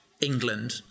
England